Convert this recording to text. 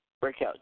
breakout